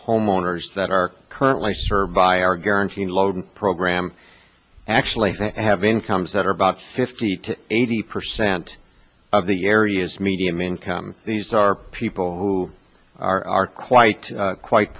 homeowners that are currently sir by our guaranteed load program actually have incomes that are about fifty to eighty percent of the area's medium income these are people who are quite quite